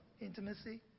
intimacy